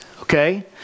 okay